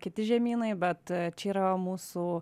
kiti žemynai bet čia yra mūsų